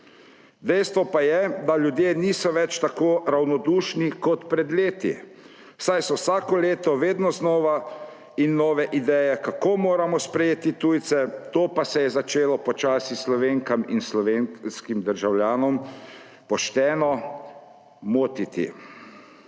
Dejstvo pa je, da ljudje niso več tako ravnodušni kot pred leti, saj so vsako leto vedno znova nove ideje, kako moramo sprejeti tujce, to pa je začelo počasi slovenske državljane pošteno motiti.